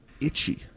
itchy